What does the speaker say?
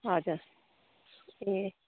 हजुर ए